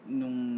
nung